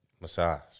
Massage